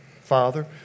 Father